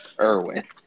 Irwin